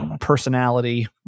Personality